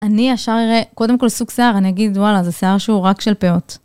אני ישר אראה, קודם כל סוג שיער, אני אגיד וואלה, זה שיער שהוא רק של פאות.